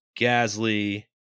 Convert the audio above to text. Gasly